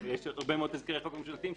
הרבה מאוד תזכירי חוק ממשלתיים,